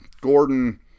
Gordon